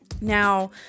Now